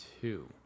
two